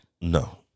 No